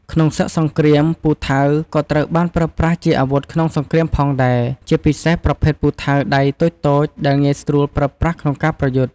ក្នុងសឹកសង្គ្រាម ពូថៅក៏ត្រូវបានប្រើប្រាស់ជាអាវុធក្នុងសង្គ្រាមផងដែរ ជាពិសេសប្រភេទពូថៅដៃតូចៗដែលងាយស្រួលប្រើប្រាស់ក្នុងការប្រយុទ្ធ។